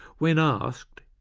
when asked,